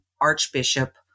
Archbishop